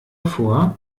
vor